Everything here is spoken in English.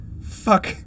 fuck